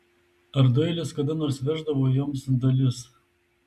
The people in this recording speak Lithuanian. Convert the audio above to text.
ar doilis kada nors veždavo joms dalis